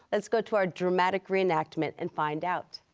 let's go to our dramatic re-enactment and find out.